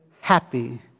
happy